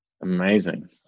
amazing